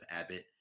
abbott